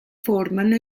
formano